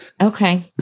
okay